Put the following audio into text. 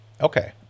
Okay